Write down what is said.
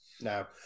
No